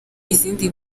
izindi